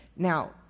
now,